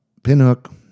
Pinhook